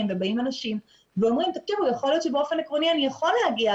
ובאים אנשים ואומרים: יכול להיות שבאופן עקרוני אני יכול להגיע,